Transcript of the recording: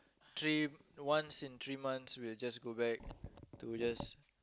three once in three months we'll just go back to just